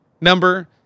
number